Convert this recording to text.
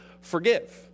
forgive